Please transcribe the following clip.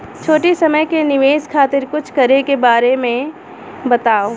छोटी समय के निवेश खातिर कुछ करे के बारे मे बताव?